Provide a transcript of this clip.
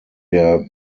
der